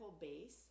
base